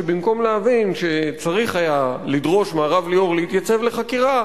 שבמקום להבין שצריך היה לדרוש מהרב ליאור להתייצב לחקירה,